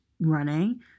running